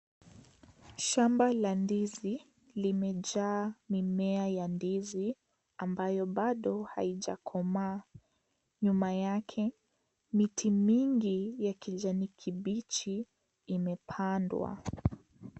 Shamba la ndizi limejaa mimea ya ndizi, ambayo bado haijakomaa. Nyuma yake, miti mingi ya kijani kibichi imepandwa.